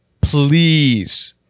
Please